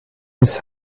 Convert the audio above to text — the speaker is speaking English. his